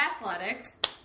athletic